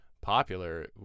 popular